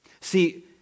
See